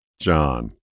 John